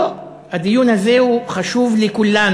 לא, הדיון הזה הוא חשוב לכולנו.